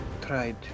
tried